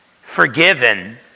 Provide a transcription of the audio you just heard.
forgiven